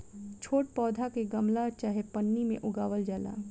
छोट पौधा के गमला चाहे पन्नी में उगावल जाला